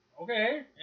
Okay